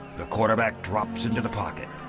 the quarterback drops into the pocket,